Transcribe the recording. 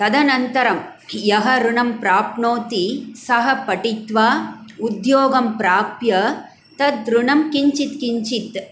तदनन्तरं यः ऋणं प्राप्नोति सः पठित्वा उद्योगं प्राप्य तत् ऋणं किञ्चित् किञ्चित्